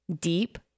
deep